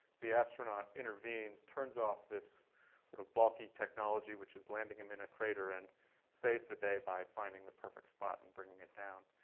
the astronaut intervenes, turns off this sort of balky technology, which is landing him in a crater, and saves the day by finding the perfect spot and bringing it down.